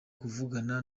kuvugana